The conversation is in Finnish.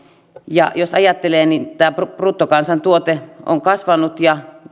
ja jos ajattelee niin bruttokansantuote on kasvanut ja